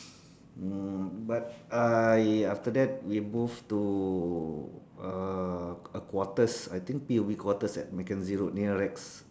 mm but I after that we moved to uh a quarters I think P_U_B quarters at mckenzie road near rex